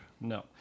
no